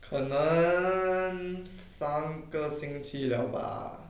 可能三个星期了吧